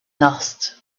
lost